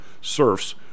serfs